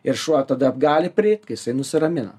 ir šuo tada gali prieit kai jisai nusiramina